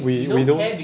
we we don't